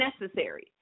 necessary